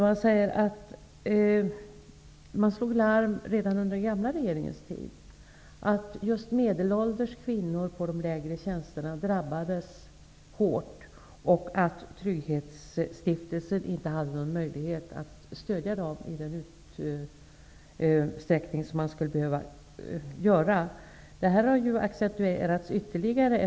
Man säger där att man slog larm redan under den förra regeringens tid om att just medelålders kvinnor på lägre tjänster drabbades hårt och att Trygghetsstiftelsen inte hade någon möjlighet att stödja dem i den utsträckning som skulle behövas. Det här har accentuerats ytterligare.